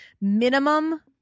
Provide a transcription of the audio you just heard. Minimum